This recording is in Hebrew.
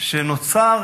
שנוצרת